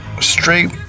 Straight